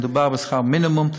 מדובר בשכר מינימום,